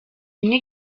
imwe